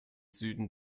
süden